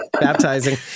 baptizing